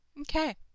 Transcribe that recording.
Okay